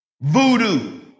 Voodoo